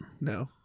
No